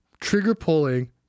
trigger-pulling